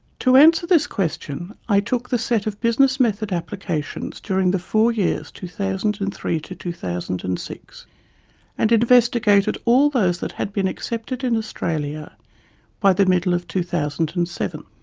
to answer this question i took the set of business method applications during the four years two thousand and three to two thousand and six and investigated all those that had been accepted in australia by the middle of two thousand and seven.